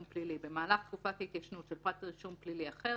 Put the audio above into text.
פלילי במהלך תקופת ההתיישנות של פרט רישום פלילי אחר,